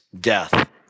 death